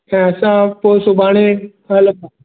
ऐं असां पोइ सुभाणे हलो